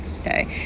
okay